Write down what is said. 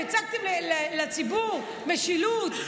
הצגתם לציבור משילות,